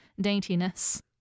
daintiness